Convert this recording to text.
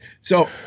So-